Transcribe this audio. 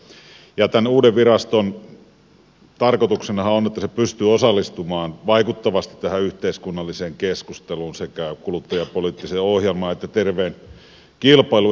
tämän uuden viraston tarkoituksenahan on että se pystyy osallistumaan vaikuttavasti tähän yhteiskunnalliseen keskusteluun sekä kuluttajapoliittisen ohjelman että terveen kilpailun edistämisen osalta